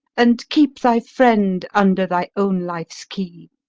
and keep thy friend under thy own life's key